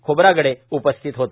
खोब्रागडे उपस्थित होते